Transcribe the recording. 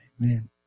Amen